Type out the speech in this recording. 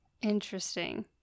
Interesting